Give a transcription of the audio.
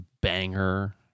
banger